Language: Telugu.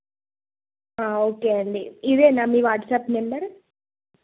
ఓకే అండి ఇదేనా మీ వాట్సాప్ నెంబర్